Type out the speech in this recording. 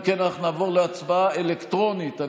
אם כן נעבור להצבעה אלקטרונית.